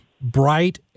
bright